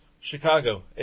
Chicago